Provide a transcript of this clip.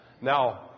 Now